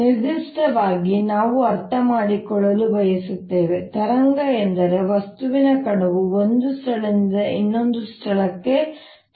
ನಿರ್ದಿಷ್ಟವಾಗಿ ನಾವು ಅರ್ಥಮಾಡಿಕೊಳ್ಳಲು ಬಯಸುತ್ತೇವೆ ತರಂಗ ಎಂದರೆ ವಸ್ತುವಿನ ಕಣವು ಒಂದು ಸ್ಥಳದಿಂದ ಇನ್ನೊಂದಕ್ಕೆ ಚಲಿಸುತ್ತದೆಯೇ